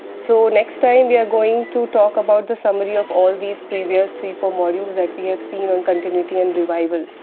so, next time, we are going to talk about the summary of all these previous three-four modules that we have seen on continuity and revival.